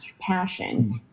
passion